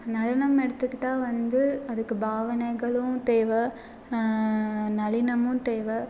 நடனம் எடுத்துக்கிட்டா வந்து அதுக்கு பாவனைகளும் தேவை நளினமும் தேவை